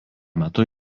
metu